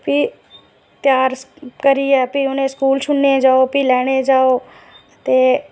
फ्ही त्यार करियै फ्ही उ'नेंगी स्कूल छोड़ने गी जाओ फ्ही लेने गी जाओ ते